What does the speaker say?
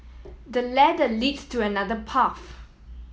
the ladder leads to another path